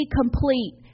complete